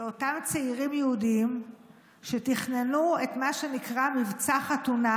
לאותם צעירים יהודים שתכננו את מה שנקרא "מבצע חתונה",